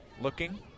Looking